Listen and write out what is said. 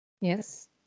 yes